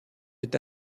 est